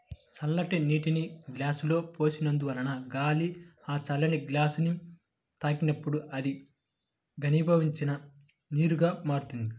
చల్లటి నీటిని గ్లాసులో పోసినందువలన గాలి ఆ చల్లని గ్లాసుని తాకినప్పుడు అది ఘనీభవించిన నీరుగా మారుతుంది